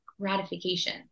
gratification